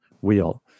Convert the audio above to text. wheel